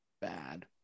bad